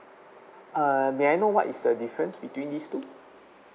err may I know what is the difference between these two